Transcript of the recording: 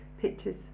pictures